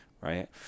right